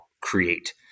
create